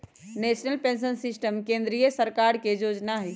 national pension system केंद्रीय सरकार के जोजना हइ